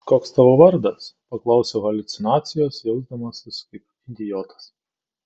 koks tavo vardas paklausiau haliucinacijos jausdamasis kaip idiotas